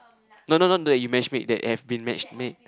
no no not the you match make that have been match made